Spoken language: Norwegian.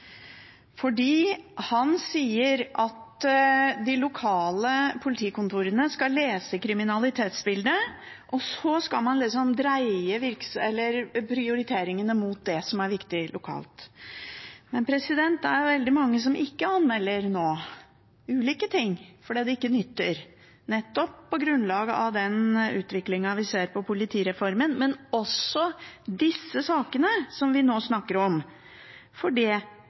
han sier at de lokale politikontorene skal lese kriminalitetsbildet, og så skal man liksom dreie prioriteringene mot det som er viktig lokalt. Men det er veldig mange som nå ikke anmelder ulike ting, fordi det ikke nytter, nettopp på grunnlag av den utviklingen vi ser etter politireformen, men også i disse sakene som vi nå snakker om – fordi